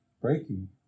breaking